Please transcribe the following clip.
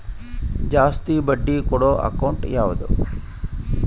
ಜಾಸ್ತಿ ಬಡ್ಡಿ ಕೊಡೋ ಅಕೌಂಟ್ ಯಾವುದು?